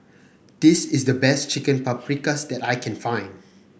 this is the best Chicken Paprikas that I can find